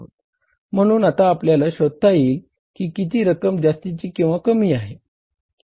म्हणून आता आपल्याला शोधता येईल कि किती रक्कम जास्तीची किंवा कमी आहे